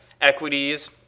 equities